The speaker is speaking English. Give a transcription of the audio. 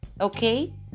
Okay